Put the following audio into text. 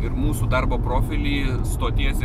ir mūsų darbo profilį stoties